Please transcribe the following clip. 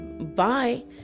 Bye